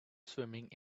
swimming